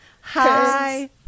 Hi